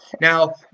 Now